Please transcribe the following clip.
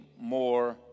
more